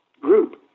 group